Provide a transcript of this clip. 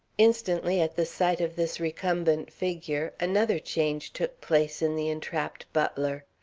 instantly, at the sight of this recumbent figure, another change took place in the entrapped butler.